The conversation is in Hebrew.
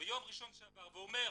ביום ראשון שעבר ואומר